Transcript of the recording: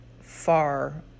far